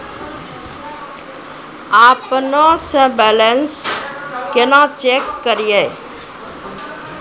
अपनों से बैलेंस केना चेक करियै?